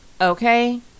Okay